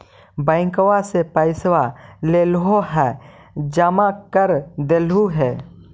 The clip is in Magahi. बैंकवा से पैसवा लेलहो है जमा कर देलहो हे?